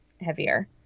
heavier